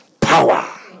power